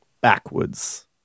backwards